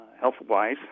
health-wise